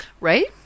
Right